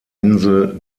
insel